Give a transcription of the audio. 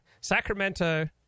Sacramento